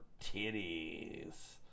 titties